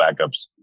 backups